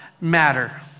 matter